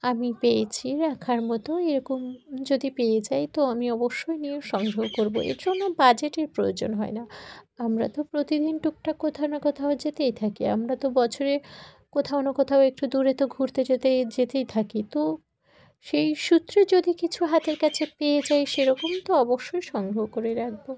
আমি পেয়েছি রাখার মতো এরকম যদি পেয়ে যাই তো আমি অবশ্যই নিয়ে সংগ্রহ করব এর জন্য বাজেটের প্রয়োজন হয় না আমরা তো প্রতিদিন টুকটাক কোথাও না কোথাও যেতেই থাকি আমরা তো বছরে কোথাও না কোথাও একটু দূরে তো ঘুরতে যেতে যেতেই থাকি তো সেই সূত্রে যদি কিছু হাতের কাছে পেয়ে যাই সেরকম তো অবশ্যই সংগ্রহ করে রাখব